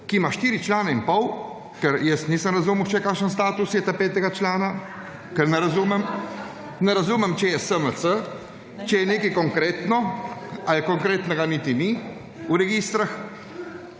ki ima 4 člena in pol, ker jaz nisem razumel še kakšen status je petega člana, ker ne razumem če je SMC, če je nekaj konkretno ali konkretnga niti ni v registru.